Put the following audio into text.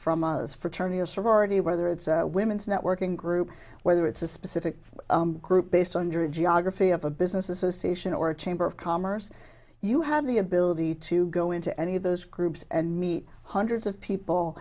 from us fraternity or sorority whether it's women's networking group whether it's a specific group based on your geography of a business association or a chamber of commerce you have the ability to go into any of those groups and meet hundreds of people